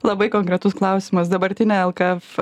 labai konkretus klausimas dabartinė lkf